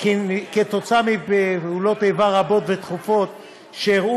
כתוצאה מפעולות איבה רבות ותכופות שאירעו